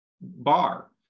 bar